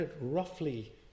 roughly